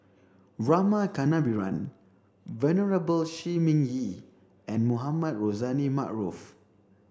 Rama Kannabiran Venerable Shi Ming Yi and Mohamed Rozani Maarof